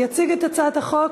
יציג את הצעת החוק